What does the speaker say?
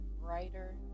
brighter